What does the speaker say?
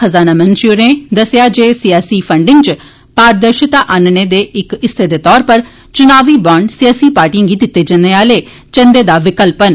खजाना मंत्री होरें दस्सेआ जे सियासी फंडिंग च पारदर्शिता आन्नने दे इक हिस्से दे तौरा पर चुनावी बांड सियासी पार्टिएं गी दित्ते जाने आले चंदे दा विकल्प न